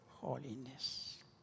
holiness